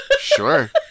sure